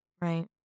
Right